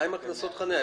מה עם קנסות החניה?